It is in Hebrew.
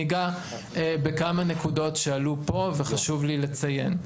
אני אגע בכמה נקודות שעלו פה וחשוב לי לציין.